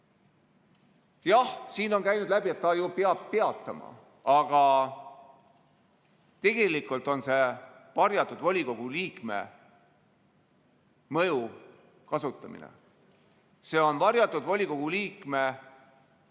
Jah, siin on käinud läbi, et ta ju peab teatama, aga tegelikult on see varjatud volikogu liikme mõju kasutamine. See on varjatud volikogu liikme